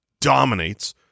dominates